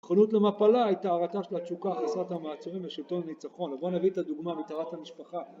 נכונות למפלה היא טהרתה של התשוקה, חסרת המעצורים ושלטון ניצחון, ובוא נביא את הדוגמה מטהרת המשפחה